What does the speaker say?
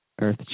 earth